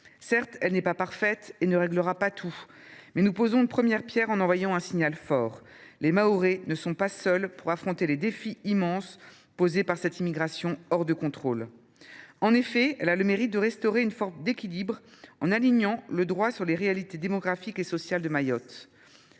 Certes, elle n’est pas parfaite et ne réglera pas tout, mais nous posons une première pierre en envoyant un signal fort : les Mahorais ne sont pas seuls pour affronter les défis immenses posés par cette immigration hors de contrôle. Ce texte a le mérite de restaurer une forme d’équilibre en alignant le droit sur les réalités démographiques et sociales de Mayotte.